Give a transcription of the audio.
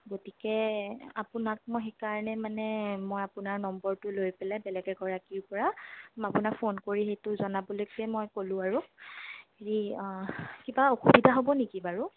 গতিকে আপোনাক মই সেইকাৰণে মানে মই আপোনাৰ নম্বৰটো লৈ পেলাই বেলেগ এগৰাকীৰ পৰা মই আপোনাক ফোন কৰি সেইটো জনাবলৈকে মই ক'লোঁ আৰু হেৰি কিবা অসুবিধা হ'ব নেকি বাৰু